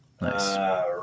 Nice